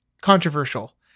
controversial